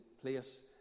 place